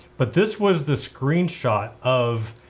but this was the screenshot of,